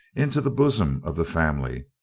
into the bosom of the family,